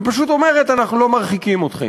ופשוט אומרת: אנחנו לא מרחיקים אתכם.